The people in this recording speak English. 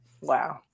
Wow